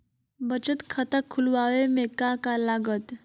बचत खाता खुला बे में का का लागत?